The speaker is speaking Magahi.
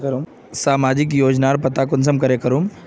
सामाजिक योजनार पता कुंसम करे करूम?